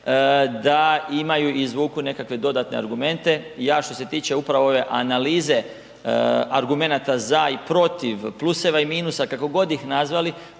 da imaju i izvuku nekakve dodatne argumente, ja što se tiče upravo ove analize argumenata za i protiv, pluseva i minusa, kako god ih nazvali,